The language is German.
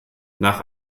nach